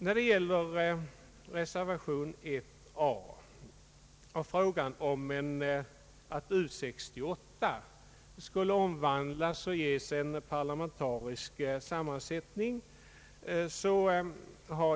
Förslaget i reservation a går ut på att U 68 skail omvandlas och ges en parlamentarisk sammansättning.